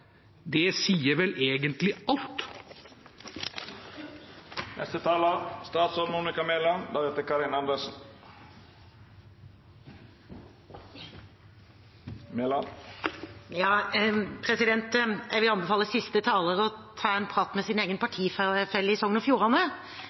Det sier vel egentlig alt. Jeg vil anbefale siste taler å ta en prat med sin egen